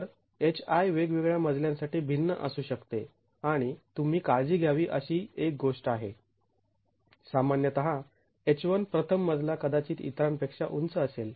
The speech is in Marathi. तर hi वेगवेगळ्या मजल्यांसाठी भिन्न असू शकते आणि तुम्ही काळजी घ्यावी अशी ही एक गोष्ट आहे सामान्यत h1 प्रथम मजला कदाचित इतरांपेक्षा उंच असेल